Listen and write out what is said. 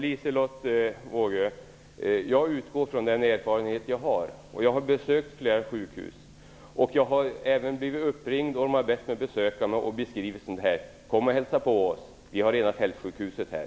Herr talman! Jag utgår från den erfarenhet jag har, Liselotte Wågö. Jag har besökt flera sjukhus. Jag har även blivit uppringd och ombedd att besöka sjukhus. Det har beskrivits så här: "Kom och hälsa på oss! Vi har rena fältsjukhuset här."